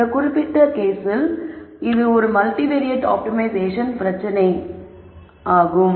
இந்த குறிப்பிட்டுள்ள கேஸில் இது ஒரு மல்டிவேரியட் ஆப்டிமைசேஷன் பிரச்சனையாகும்